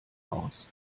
aus